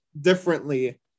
differently